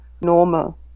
normal